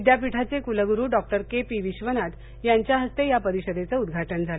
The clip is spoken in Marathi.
विद्यापीठाचे कुलगुरू डॉ के पी विश्वनाथ यांच्या हस्ते या परिषदेचं उद्घाटन झालं